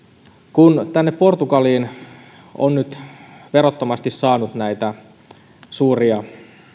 kun portugaliin on nyt verottomasti saanut näitä suuria